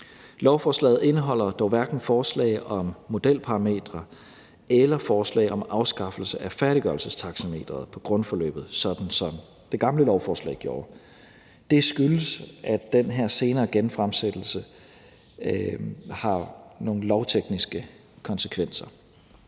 Lovforslaget indeholder dog hverken forslag om modelparametre eller forslag om afskaffelse af færdiggørelsestaxameteret på grundforløbet, sådan som det gamle lovforslag gjorde. Det skyldes, at den her senere genfremsættelse har nogle lovtekniske konsekvenser,